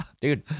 dude